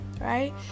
right